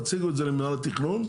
תציגו את זה למינהל התכנון.